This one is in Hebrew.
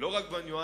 ולא רק בניואנסים,